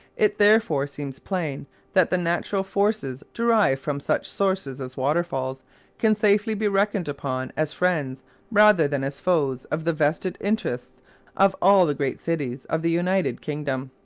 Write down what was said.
it therefore seems plain that the natural forces derived from such sources as waterfalls can safely be reckoned upon as friends rather than as foes of the vested interests of all the great cities of the united kingdom.